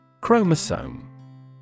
Chromosome